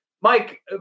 Mike